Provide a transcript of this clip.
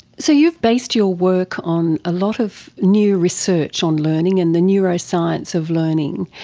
so you've based your work on a lot of new research on learning and the neuroscience of learning.